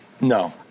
No